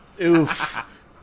Oof